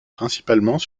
principalement